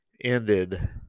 ended